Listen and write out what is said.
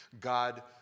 God